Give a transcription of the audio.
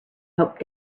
hoped